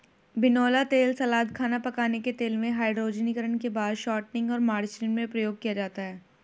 बिनौला तेल सलाद, खाना पकाने के तेल में, हाइड्रोजनीकरण के बाद शॉर्टनिंग और मार्जरीन में प्रयोग किया जाता है